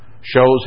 shows